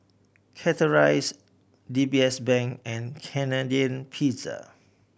Chateraise D B S Bank and Canadian Pizza